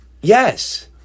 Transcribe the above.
Yes